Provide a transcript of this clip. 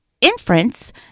inference